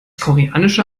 koreanische